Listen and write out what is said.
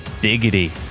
diggity